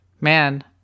Man